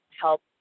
help